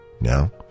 Now